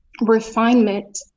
refinement